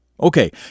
Okay